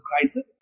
crisis